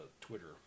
Twitter